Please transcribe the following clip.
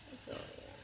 so